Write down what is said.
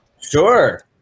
Sure